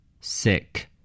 Sick